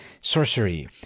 Sorcery